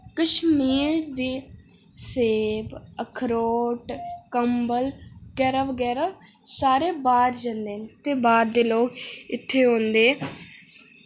कश्मीर दी सेब अखरोट कम्बल बगैरा बगैरा सारे बाह्र जन्दे न ते बाह्र दे लोक इत्थै औंदे